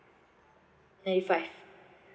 ninety five